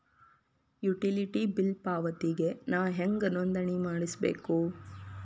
Utility bill ಪಾವತಿಗೆ ನಾ ಹೆಂಗ್ ನೋಂದಣಿ ಮಾಡ್ಸಬೇಕು?